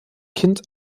kind